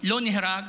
לא נהרג.